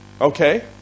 Okay